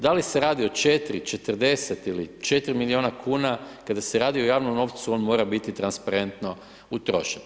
Da li se radi o 4, 40 ili 4 milijuna kuna, kada se radi o javnom novcu on mora biti transparentno utrošen.